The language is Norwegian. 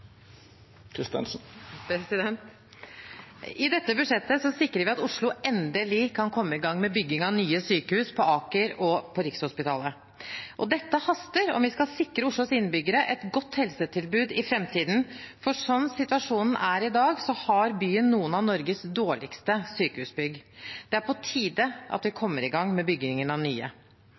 I dette budsjettet sikrer vi at Oslo endelig kan komme i gang med bygging av nye sykehus på Aker og på Rikshospitalet. Dette haster om vi skal sikre Oslos innbyggere et godt helsetilbud i framtiden, for sånn situasjonen er i dag, har byen noen av Norges dårligste sykehusbygg. Det er på tide at vi kommer i gang med byggingen av nye.